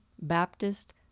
Baptist